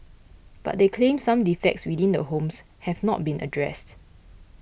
but they claimed some defects within the homes have not been addressed